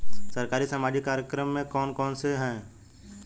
सरकारी सामाजिक कार्यक्रम कौन कौन से हैं?